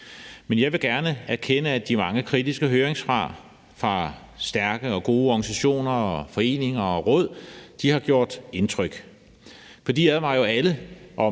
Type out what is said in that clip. Men jeg vil gerne erkende, at de mange kritiske høringssvar fra stærke og gode organisationer og foreninger og råd har gjort indtryk. For de advarer jo alle om,